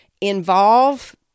involve